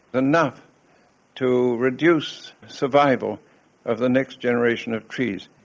enough to reduce survival of the next generation of trees.